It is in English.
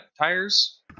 tires